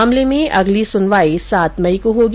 मामले में अगली सुनवाई सात मई को होगी